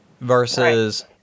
versus